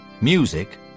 Music